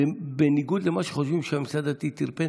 בניגוד למה שחושבים, שהממסד הדתי טרפד.